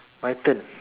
my turn